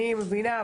אני מבינה,